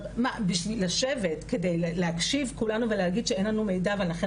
בשביל לשבת ולהקשיב כולנו ולהגיד שאין לנו מידע ולכן